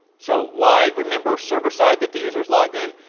so, why remember server side that the user's logged in?